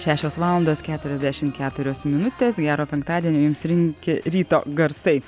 šešios valandos keturiasdešimt keturios minutės gero penktadienio jums linki ryto garsai